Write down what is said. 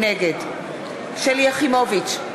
נגד שלי יחימוביץ,